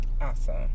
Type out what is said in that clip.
awesome